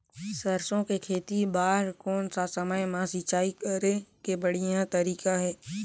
सरसो के खेती बार कोन सा समय मां सिंचाई करे के बढ़िया तारीक हे?